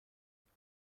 دیگه